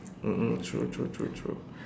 mm mm true true true true